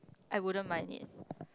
I wouldn't mind it